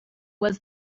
was